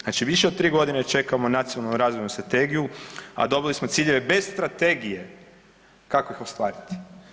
Znači više od 3 godine čekamo nacionalnu razvoju strategiju, a dobili smo ciljeve bez strategije kako ih ostvariti.